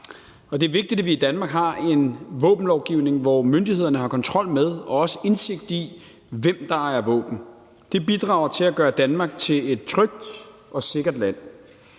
Det er vigtigt, at vi i Danmark har en våbenlovgivning, hvor myndighederne har kontrol med og også indsigt i, hvem der ejer våben. Det bidrager til at gøre Danmark til et trygt og sikkert land.